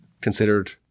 considered